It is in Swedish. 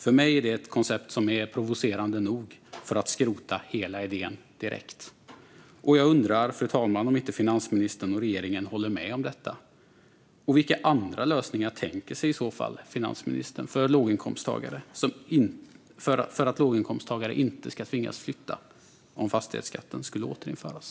För mig är det ett koncept som är provocerande nog för att skrota hela idén direkt. Jag undrar, fru talman, om inte finansministern och regeringen håller med om detta. Vilka andra lösningar tänker sig finansministern för att låginkomsttagare inte ska tvingas flytta om fastighetsskatten skulle återinföras?